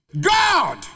God